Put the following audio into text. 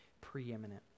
preeminent